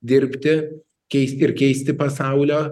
dirbti keist ir keisti pasaulio